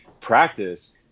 practice